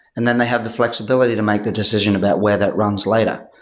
and then they have the flexibility to make the decision about where that runs later.